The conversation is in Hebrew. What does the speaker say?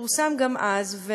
שפורסם גם אז,